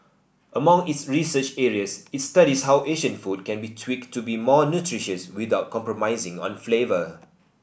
among its research areas it studies how Asian food can be tweaked to be more nutritious without compromising on flavour